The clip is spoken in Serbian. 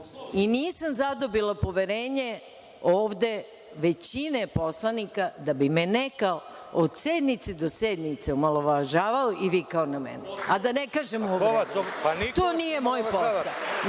i nisam zadobila poverenje ovde većine poslanika da bi me neko od sednice do sednice omalovažavao i vikao na mene, a da ne kažem o uvredama. To nije moj posao.